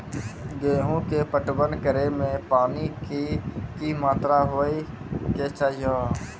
गेहूँ के पटवन करै मे पानी के कि मात्रा होय केचाही?